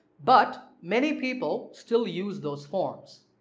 but many people still use those forms.